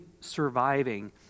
surviving